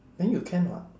then you can what